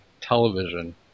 television